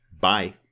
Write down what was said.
bye